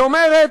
היא אומרת: